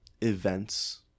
events